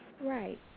Right